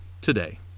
today